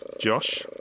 Josh